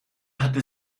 hatte